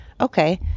okay